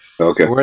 Okay